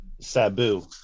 Sabu